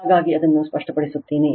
ಹಾಗಾಗಿ ಅದನ್ನು ಸ್ಪಷ್ಟಪಡಿಸುತ್ತೇನೆ